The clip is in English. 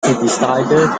decided